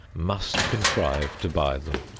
must contrive to buy them.